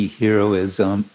heroism